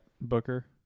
Booker